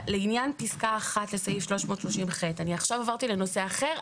לעניין פסקה (1) לסעיף 330ח עכשיו עברתי לנושא אחר,